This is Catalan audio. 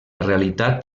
realitat